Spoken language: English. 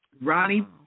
Ronnie